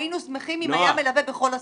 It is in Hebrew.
היינו שמחים אם היה מלווה בכל הסעה.